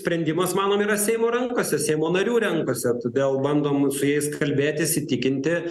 sprendimas manom yra seimo rankose seimo narių rankose todėl bandom su jais kalbėtis įtikinti